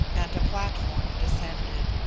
and a platform descended,